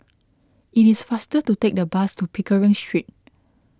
it is faster to take the bus to Pickering Street